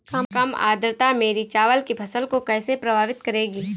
कम आर्द्रता मेरी चावल की फसल को कैसे प्रभावित करेगी?